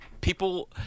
People